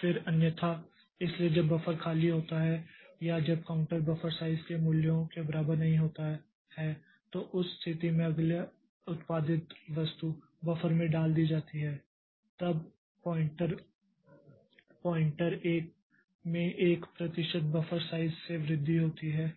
फिर अन्यथा इसलिए जब बफर खाली होता है या जब काउंटर बफर साइज़ के मूल्य के बराबर नहीं होता है तो उस स्थिति में अगली उत्पादित वस्तु बफर में डाल दी जाती है तब पॉइंटर में 1 प्रतिशत बफर साइज़ से वृद्धि होती है